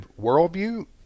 worldview